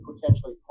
potentially